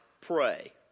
pray